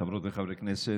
חברות וחברי הכנסת,